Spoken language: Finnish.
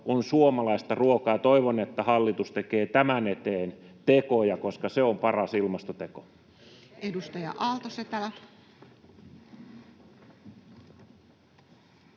on suomalaista ruokaa. Toivon, että hallitus tekee tämän eteen tekoja, koska se on paras ilmastoteko. [Speech 92] Speaker: